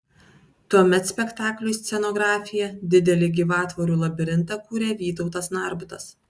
tuomet spektakliui scenografiją didelį gyvatvorių labirintą kūrė vytautas narbutas